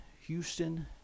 Houston